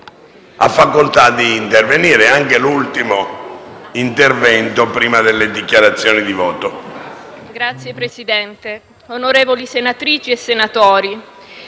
Signor Presidente, onorevoli senatrici e senatori,